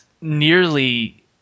nearly